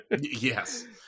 Yes